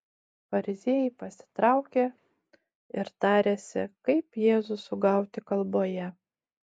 fariziejai pasitraukė ir tarėsi kaip jėzų sugauti kalboje